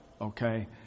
Okay